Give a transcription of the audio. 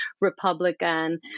Republican